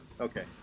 okay